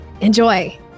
Enjoy